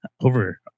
over